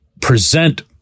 present